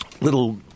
little